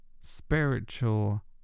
spiritual